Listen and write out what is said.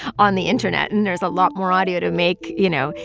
on the internet. and there's a lot more audio to make, you know,